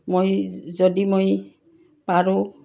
মই যদি মই পাৰোঁ